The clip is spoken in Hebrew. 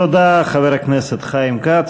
תודה, חבר הכנסת חיים כץ.